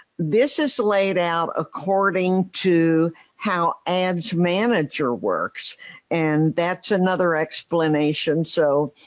this is laid out according to how ads manager works and that's another explanation. so,